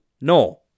No